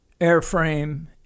airframe